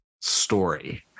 story